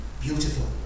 beautiful